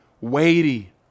weighty